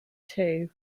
too